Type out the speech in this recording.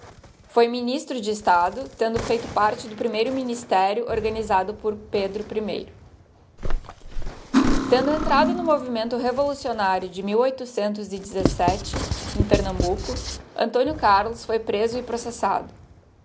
foi ministro de estado tendo feito parte do primeiro ministério organisado por pedro i tendo entrado no movimento revolucionário de em pernambuco antónio carlos foi preso e processado